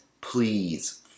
please